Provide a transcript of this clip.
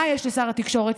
על מה יש לשר התקשורת